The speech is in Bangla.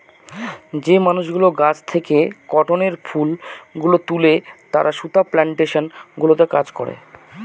যে মানুষগুলো গাছ থেকে কটনের ফুল গুলো তুলে তারা সুতা প্লানটেশন গুলোতে কাজ করে